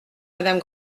madame